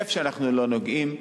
איפה שאנחנו לא נוגעים,